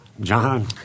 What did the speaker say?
John